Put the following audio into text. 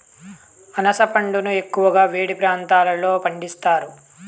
అనాస పండును ఎక్కువగా వేడి ప్రాంతాలలో పండిస్తారు